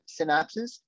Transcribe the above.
synapses